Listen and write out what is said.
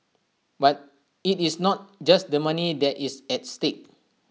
but IT is not just the money that is at stake